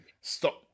stop